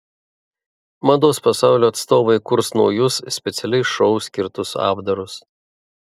mados pasaulio atstovai kurs naujus specialiai šou skirtus apdarus